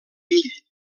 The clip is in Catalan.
bill